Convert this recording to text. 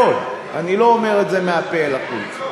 מאוד, ואני לא אומר את זה מהפה ולחוץ.